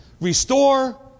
restore